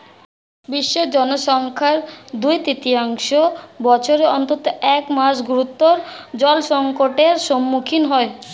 বিশ্বের জনসংখ্যার দুই তৃতীয়াংশ বছরের অন্তত এক মাস গুরুতর জলসংকটের সম্মুখীন হয়